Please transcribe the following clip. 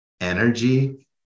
energy